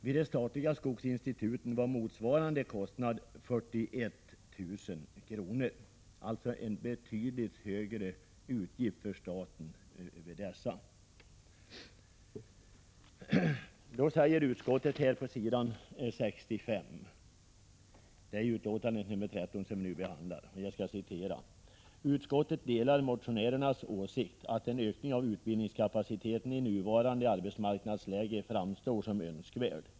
Vid de statliga skogsinstituten var motsvarande kostnad 41 000 kr., dvs. en betydligt högre utgift för staten. Utskottet säger på s. 65 i betänkande 13, som vi nu behandlar: ”Utskottet delar motionärernas åsikt att en ökning av utbildningskapaciteten i nuvarande arbetsmarknadsläge framstår som önskvärd.